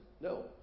No